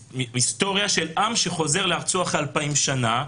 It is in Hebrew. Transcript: ההיסטוריה של עם שחוזר לארצו אחרי אלפיים שנה,